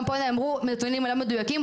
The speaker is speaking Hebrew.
גם פה נאמרו נתונים לא מדויקים.